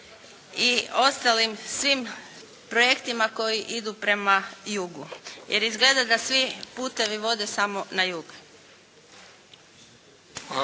i ostalim svim projektima koji idu prema jugu. Jer izgleda da svi putevi vode samo na jug.